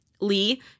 Lee